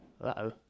uh-oh